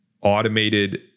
automated